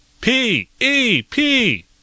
P-E-P